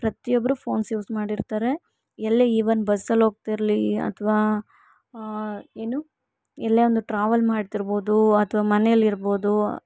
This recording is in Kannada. ಪ್ರತಿಯೊಬ್ರೂ ಫೋನ್ಸ್ ಯೂಸ್ ಮಾಡಿರ್ತಾರೆ ಎಲ್ಲೇ ಇವನ್ ಬಸ್ಸಲ್ಲೋಗ್ತಿರ್ಲಿ ಅಥ್ವಾ ಏನು ಎಲ್ಲೇ ಒಂದು ಟ್ರಾವೆಲ್ ಮಾಡ್ತಿರ್ಬೋದು ಅಥ್ವಾ ಮನೆಯಲ್ಲಿರ್ಬೋದು